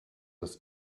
das